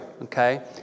okay